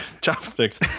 Chopsticks